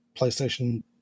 PlayStation